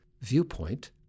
Viewpoint